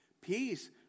Peace